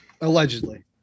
Allegedly